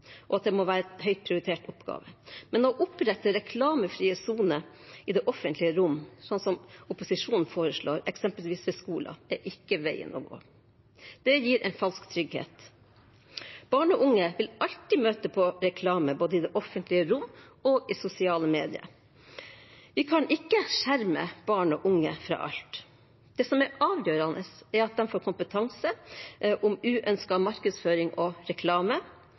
og at det må være en høyt prioritert oppgave. Men å opprette reklamefrie soner i det offentlige rom, slik opposisjonen foreslår, eksempelvis ved skoler, er ikke veien å gå. Det gir en falsk trygghet. Barn og unge vil alltid møte på reklame både i det offentlige rom og i sosiale medier. Vi kan ikke skjerme barn og unge mot alt. Det som er avgjørende, er at de får kompetanse om uønsket markedsføring og reklame,